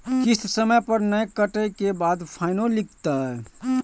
किस्त समय पर नय कटै के बाद फाइनो लिखते?